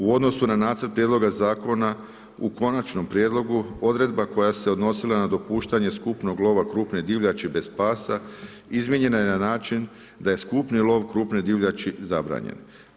U odnosu na nacrt prijedloga zakona, u konačnom prijedlogu, odredba koja se odnosila na dopuštanje skupnog lova krupne divljači bez pasa, izmijenjena je na način da je skupni lov krupne divljači zabranjen.